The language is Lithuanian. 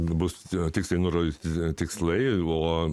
bus tiksliai nurodyti tikslai o